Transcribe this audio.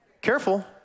Careful